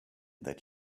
that